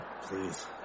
please